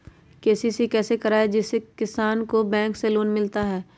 KCC कैसे कराये जिसमे किसान को बैंक से लोन मिलता है?